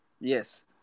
Yes